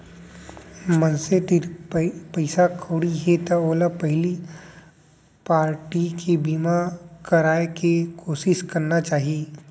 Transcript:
मनसे तीर पइसा कउड़ी हे त ओला पहिली पारटी के बीमा कराय के कोसिस करना चाही